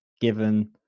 given